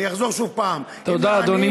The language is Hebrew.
אני אחזור, תודה, אדוני.